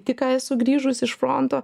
tik ką esu grįžus iš fronto